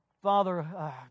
Father